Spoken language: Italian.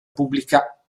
pubblica